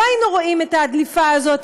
לא היינו רואים את הדליפה הזאת,